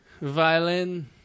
Violin